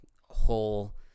whole –